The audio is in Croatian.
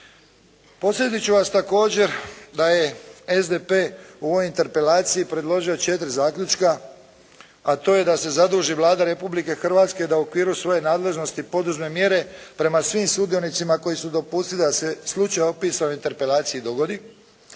Podsjetit ću vas također da je SDP u ovoj interpelaciji predložio 4 zaključka a to je da se zaduži Vlada Republike Hrvatske da u okviru svoje nadležnosti poduzme mjere prema svim sudionicima koji su dopustili da se slučaj opisa u interpelaciji dogodi.